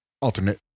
Alternate